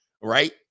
right